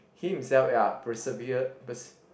he himself ya persevered